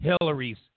Hillary's